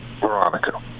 Veronica